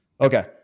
Okay